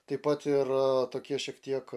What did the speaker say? taip pat ir tokie šiek tiek